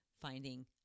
finding